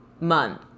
month